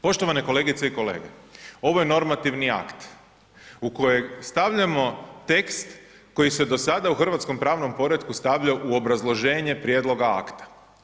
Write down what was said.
Poštovane kolegice i kolege ovo je normativni akt u kojeg stavljamo tekst koji se do sada u hrvatskom pravnom poretku stavljao u obrazloženje prijedloga akta.